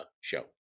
show